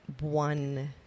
one